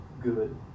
good